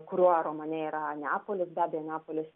kuriuo romene yra neapolis be abejo neapolis